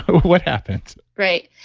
what happened? right.